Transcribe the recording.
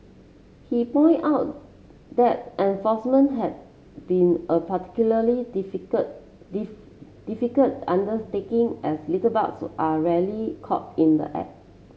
he point out that enforcement had been a particularly difficult difficult undertaking as litterbugs are rarely caught in the act